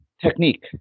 technique